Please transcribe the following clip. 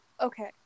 okay